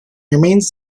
remains